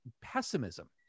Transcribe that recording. pessimism